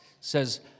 says